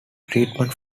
treatment